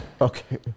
Okay